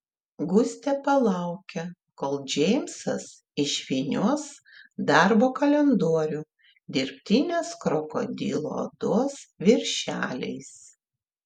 gustė palaukė kol džeimsas išvynios darbo kalendorių dirbtinės krokodilo odos viršeliais